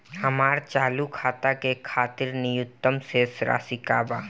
हमार चालू खाता के खातिर न्यूनतम शेष राशि का बा?